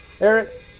Eric